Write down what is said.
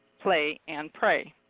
play, and pray.